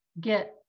get